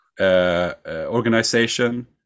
organization